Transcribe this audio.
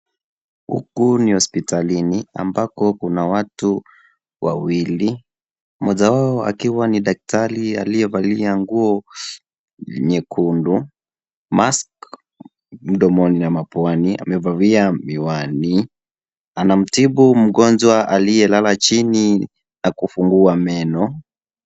Huku ni hospitalini ambako kuna watu wawili, moja wao akiwa ni daktari aliyevalia nguo nyekundu, mask mdomoni na mapuani, amevaa miwani, anamtibu mgonjwa aliyelala chini na kufungua meno.